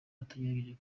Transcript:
ategereje